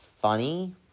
funny